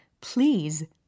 please